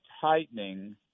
tightening